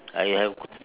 I have